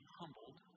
humbled